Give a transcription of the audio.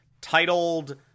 titled